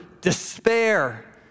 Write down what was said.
despair